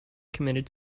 committed